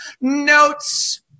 Notes